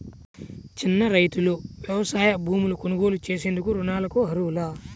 చిన్న రైతులు వ్యవసాయ భూములు కొనుగోలు చేసేందుకు రుణాలకు అర్హులా?